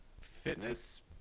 fitness